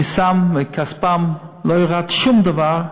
מכיסם, מכספם לא ירד שום דבר.